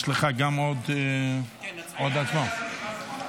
יש לך עוד הצבעה.